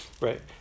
Right